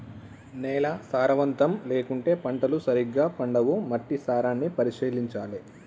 నేల సారవంతం లేకుంటే పంటలు సరిగా పండవు, మట్టి సారాన్ని పరిశీలించాలె